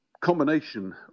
combination